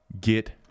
Get